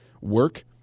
work